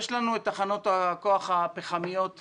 יש לנו את תחנות הכוח הפחמיות,